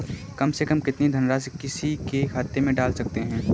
कम से कम कितनी धनराशि किसी के खाते में डाल सकते हैं?